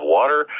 water